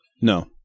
No